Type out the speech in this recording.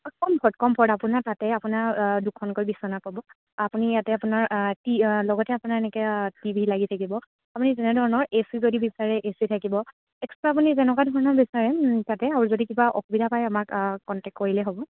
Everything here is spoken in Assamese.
কমফৰ্ট কমফৰ্ট আপোনাৰ তাতে আপোনাৰ দুখনকৈ বিচনা পাব আপুনি ইয়াতে আপোনাৰ টি লগতে আপোনাৰ এনেকৈ টি ভি লাগি থাকিব আপুনি তেনেধৰণৰ এ চি যদি বিচাৰে এ চি থাকিব এক্সট্ৰা আপুনি যেনেকুৱা ধৰণৰ বিচাৰে তাতে আৰু যদি কিবা অসুবিধা পায় আমাক কণ্টেক্ট কৰিলেই হ'ব